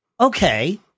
Okay